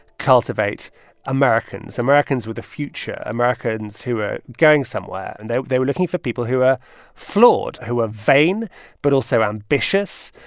cultivate americans, americans with a future, americans who are going somewhere. and they they were looking for people who are flawed, who are vain but also ambitious,